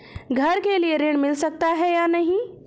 घर के लिए ऋण मिल सकता है या नहीं?